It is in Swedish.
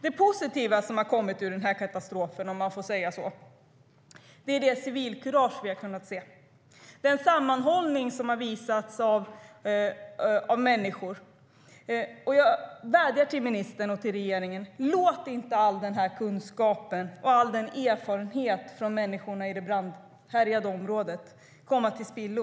Det positiva som kommit ur den här katastrofen, om man får säga så, är det civilkurage och den samanhållning som visats av människor. Jag vädjar till ministern och regeringen: Låt inte all denna kunskap och erfarenhet från människorna i det brandhärjade området gå till spillo!